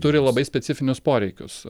turi labai specifinius poreikius